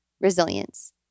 resilience